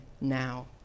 now